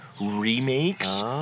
remakes